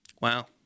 wow